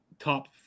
top